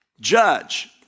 judge